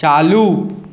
चालू